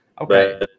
okay